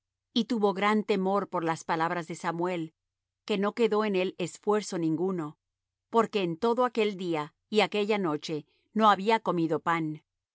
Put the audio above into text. y tuvo gran temor por las palabras de samuel que no quedó en él esfuerzo ninguno porque en todo aquel día y aquella noche no había comido pan